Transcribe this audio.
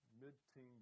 mid-teen